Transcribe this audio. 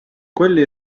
quelli